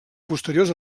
posteriors